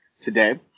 today